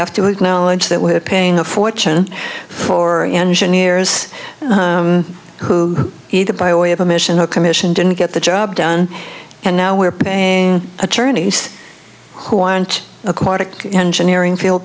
have to acknowledge that we're paying a fortune for engineers who either by way of a mission or commission didn't get the job done and now we're paying attorneys who aren't aquatic engineering field